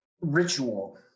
ritual